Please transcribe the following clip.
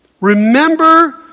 Remember